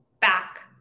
back